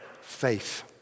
faith